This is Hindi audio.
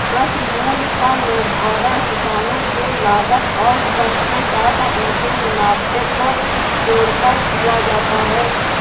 कृषि मूल्य का निर्धारण किसानों के लागत और श्रम के साथ उनके मुनाफे को जोड़कर किया जाता है